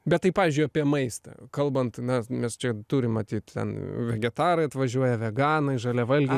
bet tai pavyzdžiui apie maistą kalbant na mes čia turim matyt ten vegetarai atvažiuoja veganai žaliavalgiai